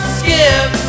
skip